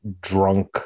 drunk